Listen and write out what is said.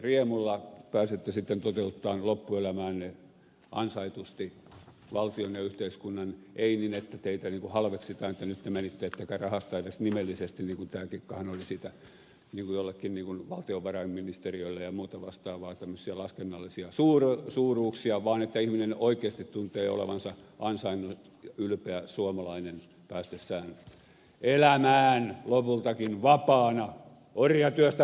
riemulla pääsette sitten toteuttamaan loppuelämäänne ansaitusti valtion ja yhteiskunnan ei niin että teitä niin kuin halveksitaan että nyt te menitte ettekä rahasta edes nimellisesti niin kuin tämä kikkahan oli sitä niin kuin jollekin valtiovarainministeriölle ja muuta vastaavaa tämmöisiä laskennallisia suuruuksia vaan että ihminen oikeasti tuntee olevansa ansainnut ja ylpeä suomalainen päästessään elämään lopultakin vapaana orjatyöstä vapautettuna